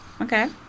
Okay